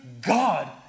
God